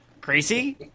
Crazy